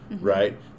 Right